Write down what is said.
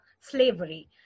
slavery